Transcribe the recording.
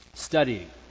Studying